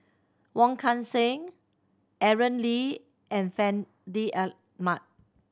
Wong Kan Seng Aaron Lee and Fandi Ahmad